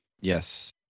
Yes